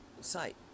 site